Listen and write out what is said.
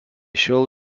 šiol